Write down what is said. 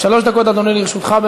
שלוש דקות, אדוני, לרשותך.